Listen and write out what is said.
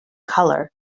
colour